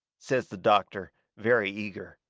says the doctor, very eager.